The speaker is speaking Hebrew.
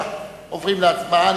עוברים להצבעה.